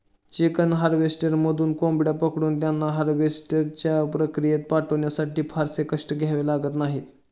chicken हार्वेस्टरमधून कोंबड्या पकडून त्यांना हार्वेस्टच्या प्रक्रियेत पाठवण्यासाठी फारसे कष्ट घ्यावे लागत नाहीत